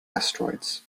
asteroids